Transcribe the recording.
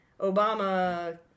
Obama